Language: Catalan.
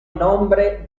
nombre